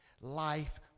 life